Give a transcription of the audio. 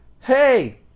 hey